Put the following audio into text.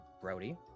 Brody